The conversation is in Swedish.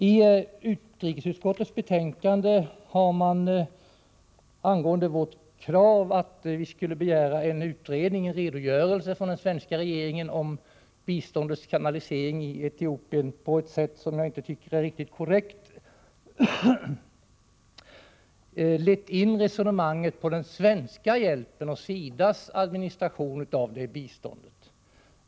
I utrikesutskottets betänkande har man, angående vårt krav att riksdagen skall begära en redogörelse från regeringen om biståndets kanalisering i Etiopien, på ett sätt som jag inte tycker är riktigt korrekt lett in resonemanget på den svenska hjälpen och SIDA:s administration av biståndet.